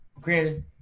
granted